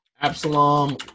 absalom